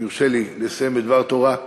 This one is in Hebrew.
אם יורשה לי לסיים בדבר תורה,